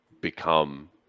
become